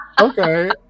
Okay